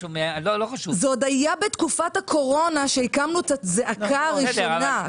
זה עוד היה בתקופת הקורונה כשהקמנו את הזעקה הראשונה.